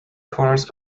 corners